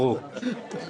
ברור.